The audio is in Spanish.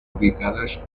ubicadas